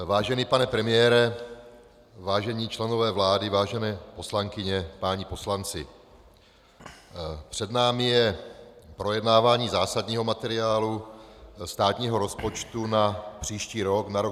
Vážený pane premiére, vážení členové vlády, vážené poslankyně, páni poslanci, před námi je projednávání zásadního materiálu státního rozpočtu na příští rok, na rok 2014.